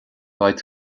beidh